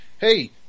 Hey